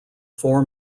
four